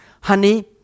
Honey